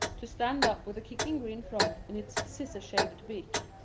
to stand up with a kicking green frog in its scissor-shaped beak.